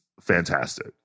fantastic